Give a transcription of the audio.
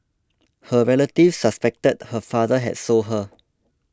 her relatives suspected her father had sold her